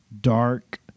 dark